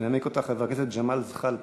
ינמק אותה חבר הכנסת ג'מאל זחאלקה.